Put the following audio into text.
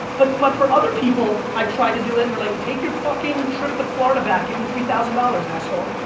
but but for other people, i try to do it, and they're like take your fucking trip to florida back. give me three thousand dollars, asshole.